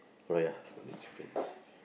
oh ya spelling difference